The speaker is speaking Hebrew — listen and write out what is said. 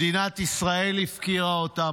מדינת ישראל הפקירה אותם.